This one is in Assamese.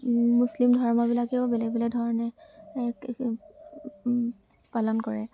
মুছলিম ধৰ্মবিলাকেও বেলেগ বেলেগ ধৰণে পালন কৰে